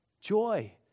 Joy